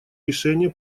решение